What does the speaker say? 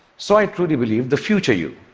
so i truly believe the future you